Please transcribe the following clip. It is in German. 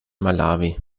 malawi